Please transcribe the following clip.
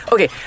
Okay